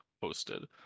posted